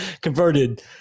Converted